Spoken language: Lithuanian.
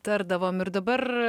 tardavom ir dabar